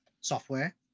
Software